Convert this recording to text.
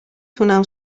توانم